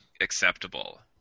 acceptable